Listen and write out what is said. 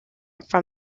from